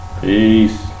Peace